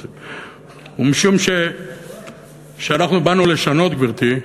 משום שאנחנו באנו לשנות, גברתי,